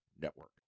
Network